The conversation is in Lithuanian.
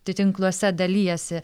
tai tinkluose dalijasi